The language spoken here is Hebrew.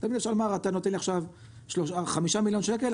תמיד אפשר לומר: אתה נותן לי עכשיו חמישה מיליון שקל?